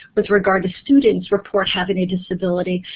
with regard to students, report having a disability.